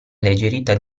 alleggerita